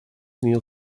neil